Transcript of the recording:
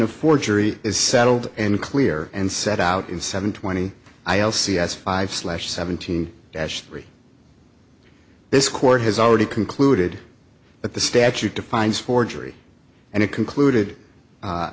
of forgery is settled and clear and set out in seven twenty i also see as five slash seventeen as three this court has already concluded that the statute defines forgery and it concluded